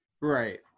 Right